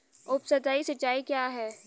उपसतही सिंचाई क्या है?